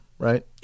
Right